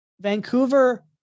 Vancouver